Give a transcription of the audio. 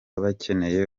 bakeneye